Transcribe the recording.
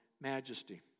majesty